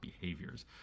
behaviors